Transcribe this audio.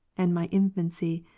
and my infancy,